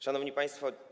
Szanowni Państwo!